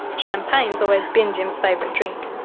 champagne has always been jim's favourite drink,